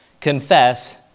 confess